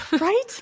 Right